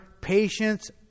patience